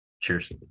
Cheers